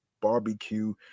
Barbecue